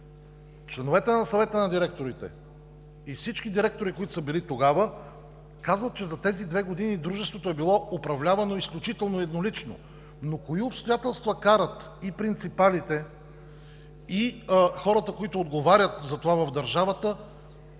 членовете на Съвета на директорите и всички директори, които са били тогава, казват, че за тези две години Дружеството е било управлявано изключително еднолично. Кои обстоятелства обаче карат и принципалите, и хората, които отговарят за това в държавата,